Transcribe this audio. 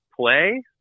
play